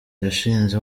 yashinze